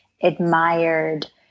admired